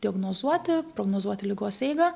diagnozuoti prognozuoti ligos eigą